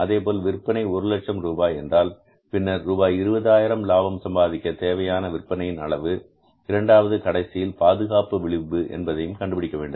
அதேபோல் விற்பனை ஒரு லட்சம் ரூபாய் என்றால் பின்னர் ரூபாய் 20 ஆயிரம் லாபம் சம்பாதிக்க தேவையான விற்பனையின் அளவு இரண்டாவது கடைசியில் பாதுகாப்பு விளிம்பு என்பதை கண்டுபிடிக்க வேண்டும்